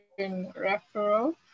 referral